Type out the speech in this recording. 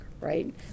right